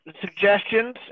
suggestions